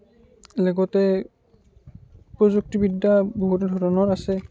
লগতে প্ৰযুক্তি বিদ্যা বহুতো ধৰণৰ আছে